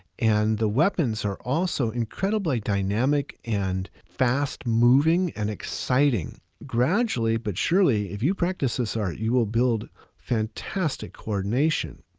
and the weapons are also incredibly dynamic and fast moving and exciting. gradually, but surely if you practice this art, you will build fantastic coordination.